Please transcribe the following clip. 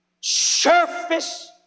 surface